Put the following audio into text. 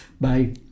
Bye